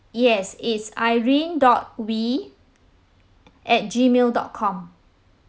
yes it's irene dot wee at gmail dot com